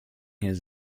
his